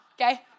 okay